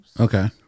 Okay